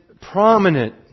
prominent